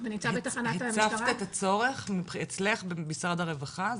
הצפת את הצורך אצלך במשרד הרווחה?